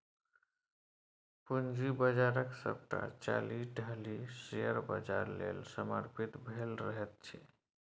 पूंजी बाजारक सभटा चालि ढालि शेयर बाजार लेल समर्पित भेल रहैत छै